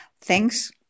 Thanks